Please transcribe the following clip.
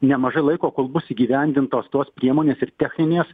nemažai laiko kol bus įgyvendintos tos priemonės ir techninės